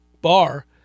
bar